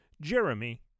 Jeremy